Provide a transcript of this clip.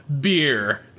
Beer